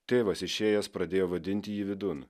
tėvas išėjęs pradėjo vadinti jį vidun